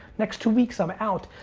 next two weeks i'm out.